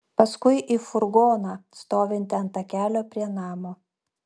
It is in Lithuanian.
paskui į furgoną stovintį ant takelio prie namo